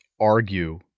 argue